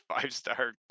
five-star